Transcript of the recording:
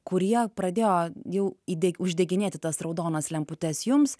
kurie pradėjo jau įdė uždeginėti tas raudonas lemputes jums